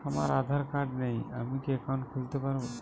আমার আধার কার্ড নেই আমি কি একাউন্ট খুলতে পারব?